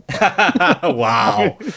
wow